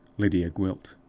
lydia gwilt.